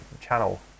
channel